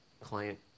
Client